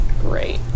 Great